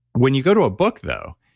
when you go to a book though,